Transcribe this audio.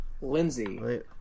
Lindsay